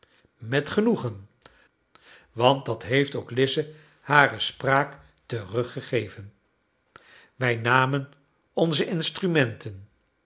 met genoegen want dat heeft ook lize hare spraak teruggegeven wij namen onze instrumenten